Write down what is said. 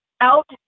out